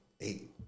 eight